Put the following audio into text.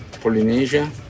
Polynesia